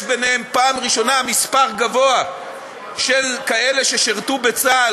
יש ביניהם פעם ראשונה מספר גדול של כאלה ששירתו בצה"ל,